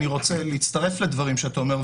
אני רוצה להצטרף לדברים שאתה אומר,